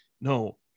no